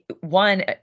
one